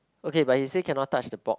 okay but he say cannot touch the pork